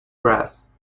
brass